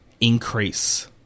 increase